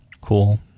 cool